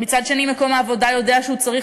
ומצד שני מקום העבודה יודע שהוא צריך